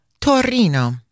Torino